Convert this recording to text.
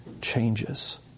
changes